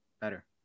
better